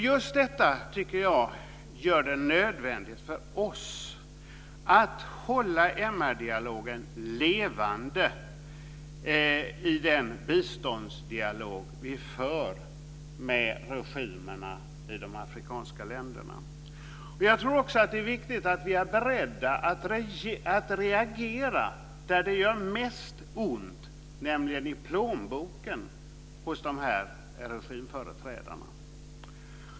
Just detta tycker jag gör det nödvändigt för oss att hålla MR-dialogen levande i den biståndsdialog vi för med regimerna i de afrikanska länderna. Jag tror också att det är viktigt att vi är beredda att reagera där det gör mest ont, nämligen i plånboken hos regimföreträdarna.